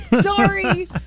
sorry